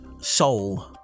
soul